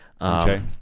Okay